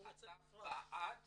אתה בעד